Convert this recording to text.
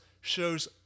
shows